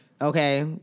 okay